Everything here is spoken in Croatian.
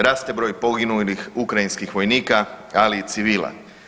Raste broj poginulih ukrajinskih vojnika, ali i civila.